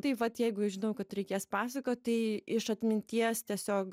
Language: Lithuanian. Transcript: tai vat jeigu žinau kad reikės pasakot tai iš atminties tiesiog